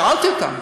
שאלתי אותם.